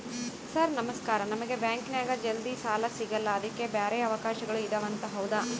Sir ನಮಸ್ಕಾರ ನಮಗೆ ಬ್ಯಾಂಕಿನ್ಯಾಗ ಜಲ್ದಿ ಸಾಲ ಸಿಗಲ್ಲ ಅದಕ್ಕ ಬ್ಯಾರೆ ಅವಕಾಶಗಳು ಇದವಂತ ಹೌದಾ?